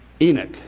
Enoch